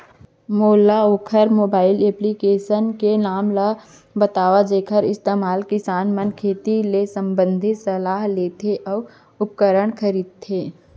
मोला वोकर mobile application के नाम ल बतावव जेखर इस्तेमाल किसान मन खेती ले संबंधित सलाह लेथे अऊ उपकरण खरीदथे?